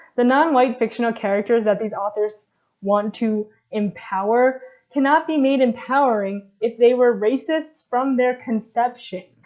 the non-white fictional characters that these authors want to empower cannot be made empowering if they were racists from their conception.